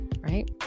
right